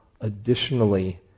additionally